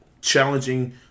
challenging